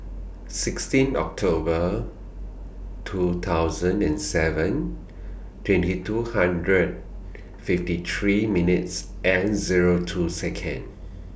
sixteen October two thousand and seven twenty two hundred fifty three minutes and Zero two Second